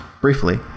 briefly